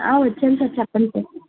ఆ వచ్చాను సార్ చెప్పండి సార్